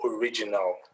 original